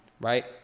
right